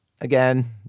Again